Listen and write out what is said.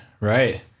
Right